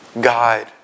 guide